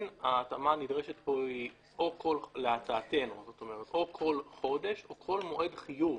ההתאמה הנדרשת פה היא כל חודש, או כל מועד חיוב